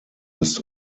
ist